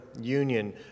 Union